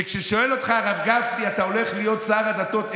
וכששואל אותך הרב גפני: אתה הולך להיות שר הדתות.